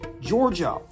Georgia